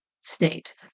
state